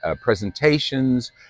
presentations